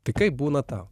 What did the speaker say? tai kaip būna tau